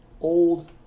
Old